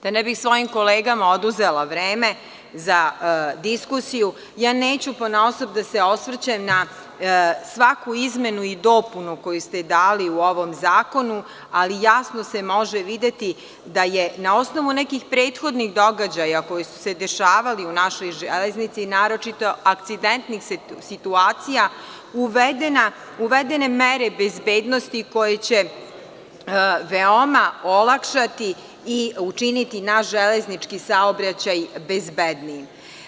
Da ne bih svojim kolegama oduzela vreme za diskusiju, ja neću ponaosob da se osvrćem na svaku izmenu i dopunu koju ste dali u ovom zakonu, ali jasno se može videti da su na osnovu nekih prethodnih događaja koji su se dešavali u našoj železnici, naročito akcidentnih situacija, uvedene mere bezbednosti koje će veoma olakšati i učiniti naš železnički saobraćaj bezbednijim.